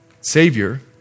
Savior